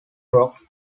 rock